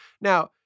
Now